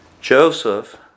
Joseph